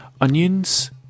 Onions